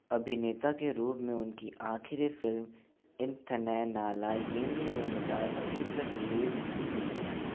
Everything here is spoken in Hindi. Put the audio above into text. अभिनेता के रूप में उनकी आखिरी फिल्म इत्थनै नालाय येंगिरुनदाय अभी तक रिलीज़ नहीं हुई है